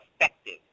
effective